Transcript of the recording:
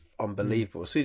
unbelievable